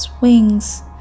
wings